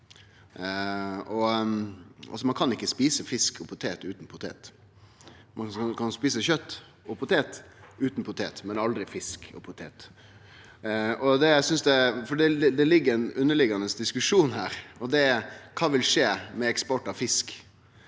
Ein kan ikkje ete fisk og potet utan potet. Ein kan ete kjøt og potet utan potet, men aldri fisk og potet. Det er ein underliggjande diskusjon her, og det er: Kva vil skje med eksport av fisk?